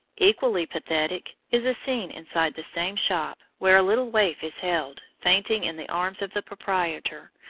equally pathetic is a scene inside the same shop, where a little waif is held, fainting, in the arms of the proprietor,